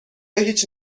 هیچ